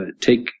take